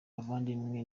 bavandimwe